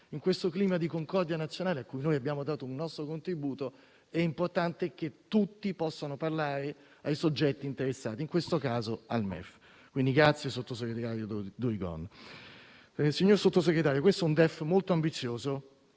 In questo clima di concordia nazionale, cui noi abbiamo dato un nostro contributo, è importante che tutti possano parlare ai soggetti interessati, in questo caso al MEF. Quindi, grazie, sottosegretario Durigon. Signor Sottosegretario, questo è un DEF molto ambizioso